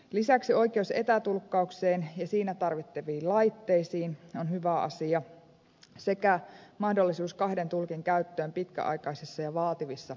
lisäksi oikeus etätulkkaukseen ja siinä tarvittaviin laitteisiin on hyvä asia samoin mahdollisuus kahden tulkin käyttöön pitkäaikaisissa ja vaativissa tulkkaustilanteissa